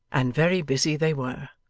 and very busy they were.